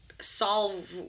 solve